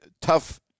tough